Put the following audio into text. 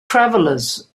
travelers